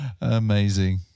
Amazing